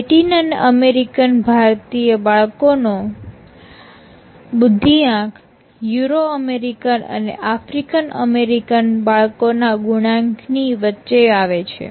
Latin અને American ભારતીય બાળકોનો બુદ્ધિઆંક યુરો અમેરિકન અને આફ્રિકન અમેરિકન બાળકોના ગુણાંકની વચ્ચે આવે છે